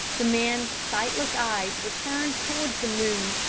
the man's sightless eyes were turned towards the moon,